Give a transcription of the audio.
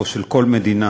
או של כל מדינה,